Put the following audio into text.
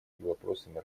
вопросами